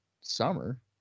summer